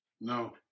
No